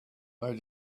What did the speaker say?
they